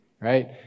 right